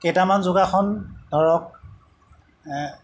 কেইটামান যোগাসন ধৰক